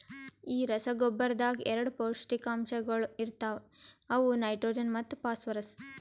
ಈ ರಸಗೊಬ್ಬರದಾಗ್ ಎರಡ ಪೌಷ್ಟಿಕಾಂಶಗೊಳ ಇರ್ತಾವ ಅವು ನೈಟ್ರೋಜನ್ ಮತ್ತ ಫಾಸ್ಫರ್ರಸ್